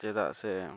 ᱪᱮᱫᱟᱜ ᱥᱮ